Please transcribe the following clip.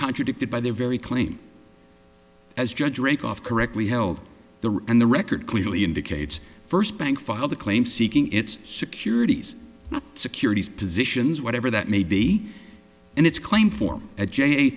contradicted by their very claim as judge rake off correctly held the room and the record clearly indicates first bank filed a claim seeking its securities securities positions whatever that may be and its claim for